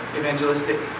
evangelistic